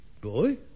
Boy